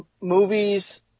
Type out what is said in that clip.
movies